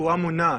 רפואה מונעת.